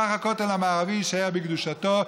כך הכותל המערבי יישאר בקדושתו.